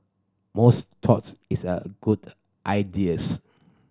most thoughts is a good ideas